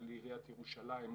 על עיריית ירושלים,